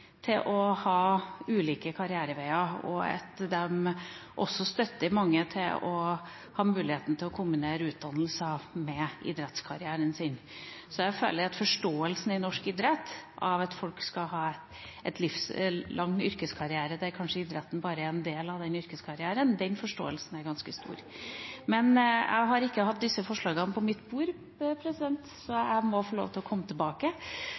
til å ha ulike karriereveier, og at de også støtter mange i det å kombinere utdannelse med idrettskarriere. Jeg føler at forståelsen i norsk idrett av at folk skal ha en livslang yrkeskarriere der idretten kanskje bare er en del av yrkeskarrieren, er ganske stor. Jeg har ikke hatt disse forslagene på mitt bord, så jeg må få lov til å komme tilbake